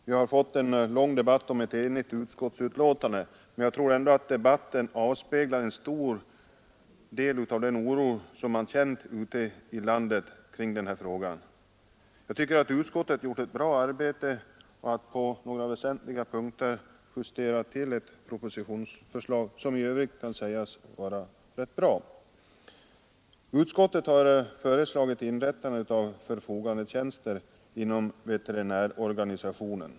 Herr talman! Vi har fått en lång debatt om ett enigt utskottsbetänkande. Men jag tror att debatten avspeglar en stor del av den oro som man känner ute i landet då det gäller denna fråga. Jag tycker att utskottet gjort ett bra arbete och på några väsentliga punkter justerat ett propositionsförslag som i övrigt kan sägas vara rätt bra. Utskottet har föreslagit inrättande av förfogandetjänster inom veterinärorganisationen.